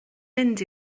mynd